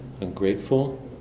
ungrateful